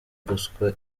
ruswa